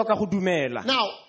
Now